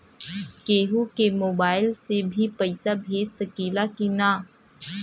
केहू के मोवाईल से भी पैसा भेज सकीला की ना?